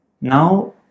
Now